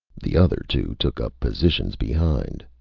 the other two took up positions behind.